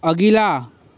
अगिला